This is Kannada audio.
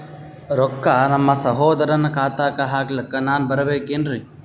ರೊಕ್ಕ ನಮ್ಮಸಹೋದರನ ಖಾತಾಕ್ಕ ಹಾಕ್ಲಕ ನಾನಾ ಬರಬೇಕೆನ್ರೀ?